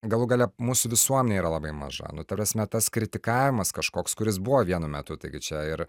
galų gale mūs visuomenė yra labai maža nu ta prasme tas kritikavimas kažkoks kuris buvo vienu metu taigi čia ir